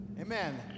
Amen